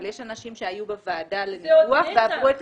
אבל יש אנשים שהיו בוועדה לניתוח ועברו את